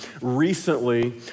recently